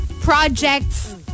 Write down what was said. projects